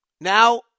now